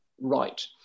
right